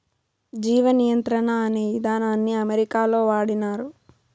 జీవ నియంత్రణ అనే ఇదానాన్ని అమెరికాలో వాడినారు